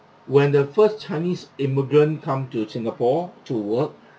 when the first chinese immigrant come to singapore to work